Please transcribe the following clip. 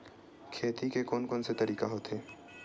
खेती के कोन कोन से तरीका होथे?